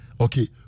okay